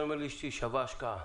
ששווים את ההשקעה.